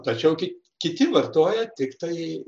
tačiau ki kiti vartoja tiktai